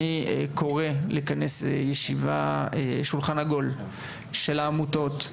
אני קורא לכנס ישיבה שולחן עגול של העמותות,